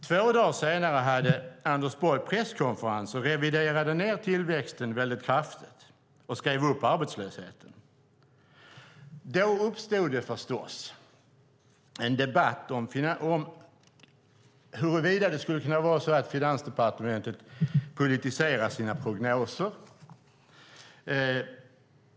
Två dagar senare höll Anders Borg presskonferens och reviderade ned tillväxten mycket kraftigt och skrev upp arbetslösheten. Då uppstod det förstås en debatt om huruvida det skulle kunna vara så att Finansdepartementet politiserar sina prognoser.